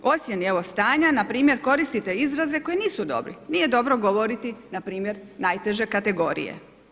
Ocjeni evo stanja, npr. koristite izraze koji nisu dobri, nije dobro govoriti npr. najteže kategorije.